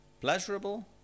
Pleasurable